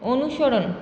অনুসরণ